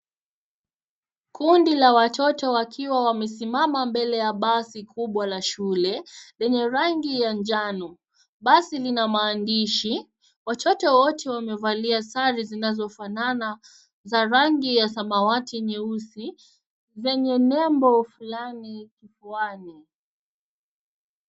Kundi la watoto wakiwa wamesimama mbele ya basi kubwa la shule, lenye rangi ya njano. Basi lina maandishi. Watoto wote wamevalia sare zinazofanana, za rangi ya samawati nyeusi, zenye nembo fulani kifuani.